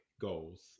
goals